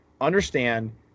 Understand